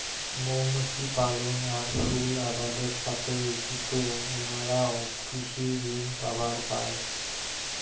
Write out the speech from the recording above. মৌমাছি পালন আর ফুল আবাদের সথে যুত উমরাও কৃষি ঋণ পাবার পায়